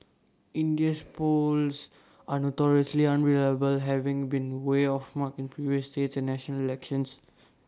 India's polls are notoriously unreliable having been way off mark in previous state and national elections